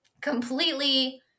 completely